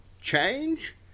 change